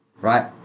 right